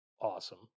awesome